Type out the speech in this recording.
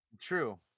true